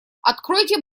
откройте